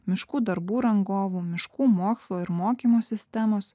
miškų darbų rangovų miškų mokslo ir mokymo sistemos